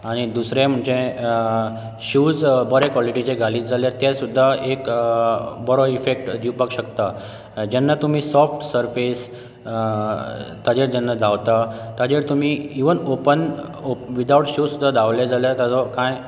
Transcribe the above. आनी दुसरे म्हणजे शुज बरें क्वॉलिटीचे घालीत जाल्यार तें सुद्दां एक बरो इफेक्ट दिवपाक शकता जेन्ना तुमी सोफ्ट सरफेस ताजेर जेन्ना धांवतां ताजेर तुमी इवन ओपन विदावट शुज सुद्दां धांवले जाल्यार ताजेर ताजो काय